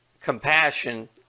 compassion